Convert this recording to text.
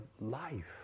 life